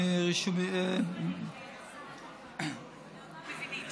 איזה זמנים,